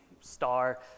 star